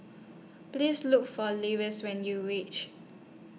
Please Look For Linus when YOU REACH